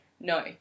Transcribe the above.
No